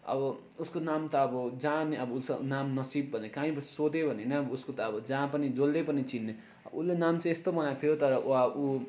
अब उसको नाम त अब जहाँ नि अब उसको नाम नसीब भनेर कहीँ अब सोध्यो भने नि अब उसको त जहाँ पनि जसले पनि चिन्ने उसले नाम चाहिँ यस्तो बनाएको थियो तर उ